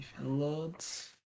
loads